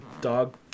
dog